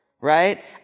right